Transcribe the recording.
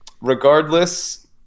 regardless